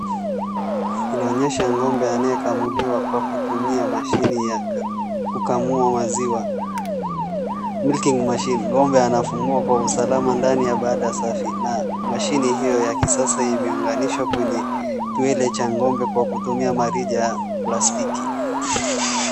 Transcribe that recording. Inaonyesha ng'ombe anayekamuliwa kwa kutumia mashini ya kukamua maziwa milking machine . Ng'ombe anafungiwa kwa usalama ndani ya banda safi na mashini hio ya kisasa imeunganishwa kwenye kiwele cha ng'ombe kwa kutumia marija la stiki .